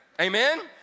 Amen